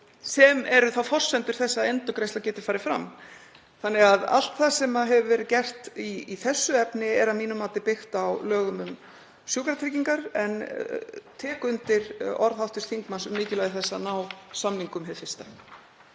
sem eru þá forsendur þess að endurgreiðsla geti farið fram. Þannig að allt það sem gert hefur verið í þessu efni er að mínu mati byggt á lögum um sjúkratryggingar, en ég tek undir orð hv. þingmanns um mikilvægi þess að ná samningum hið fyrsta.